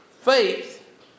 Faith